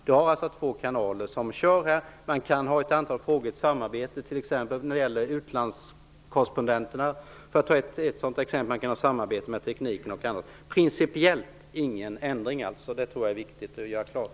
Det finns två kanaler. I ett antal fall kan man samarbeta, t.ex. när det gäller utlandskorrespondenterna. Man kan samarbeta om tekniken osv. Principiellt är det ingen ändring. Det tror jag är viktigt att göra klart.